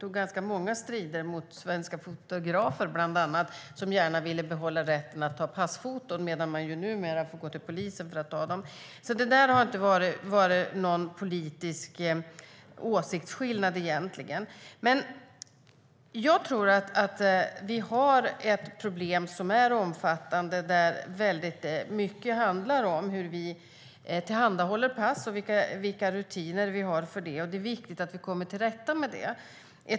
Vi tog bland annat strid mot svenska fotografer, som ville behålla rätten att ta passfoton. Numera måste man gå till polisen för att ta dem. Det har inte funnits någon politisk åsiktsskillnad, men vi har ett omfattande problem. Mycket handlar om hur vi tillhandahåller pass och vilka rutiner vi har för det. Det är viktigt att vi kommer till rätta med det.